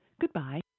Goodbye